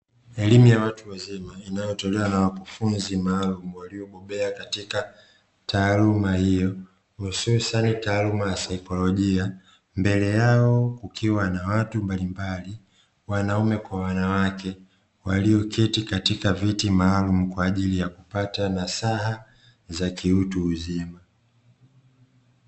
Elimu ya watu wazima inayotolewa na wakufunzi maalumu waliobeba katika taaluma hiyo hususani taaluma ya saikolojia. Mbele yao kukiwa na watu mbalimbali wanaume kwa wanawake walioketi katika viti maalumu kwa ajili ya kupata nasaha za kiutu uzima.